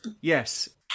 Yes